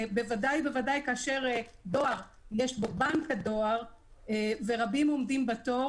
בוודאי ובוודאי כאשר בדואר יש בנק הדואר ורבים עומדים בתור.